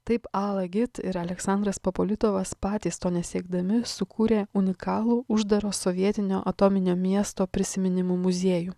taip ala git ir aleksandras popolitovas patys to nesiekdami sukūrė unikalų uždaro sovietinio atominio miesto prisiminimų muziejų